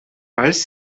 falls